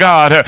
God